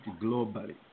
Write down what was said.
globally